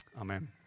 Amen